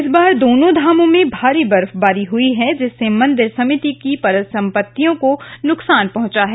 इस बार दोनों धामों में भारी बर्फबारी हुई है जिससे मंदिर समिति की परिसंपत्तियों को नुकसान पहुंचा है